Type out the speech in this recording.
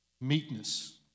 Meekness